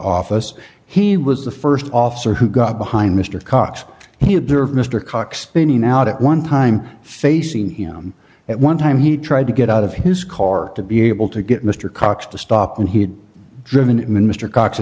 office he was the st officer who got behind mr cox he observed mr cox spinning out at one time facing him at one time he tried to get out of his car to be able to get mr cox to stop and he had driven